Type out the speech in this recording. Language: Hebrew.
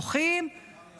בוכים,